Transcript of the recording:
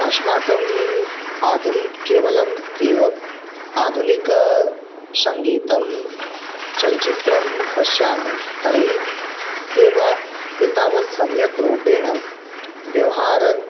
अस्माकं आधुनिकं केवलम् एव आधुनिकसङ्गीतं चलचित्रं पश्यामि तर्हि एव एतावत् सम्यक् रूपेण व्यवहारम्